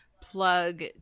plug